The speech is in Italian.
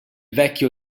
vecchio